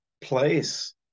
place